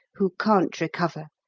who can't recover,